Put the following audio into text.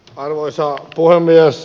arvoisa puhemies